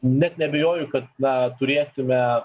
net neabejoju kad na turėsime